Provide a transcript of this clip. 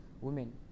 women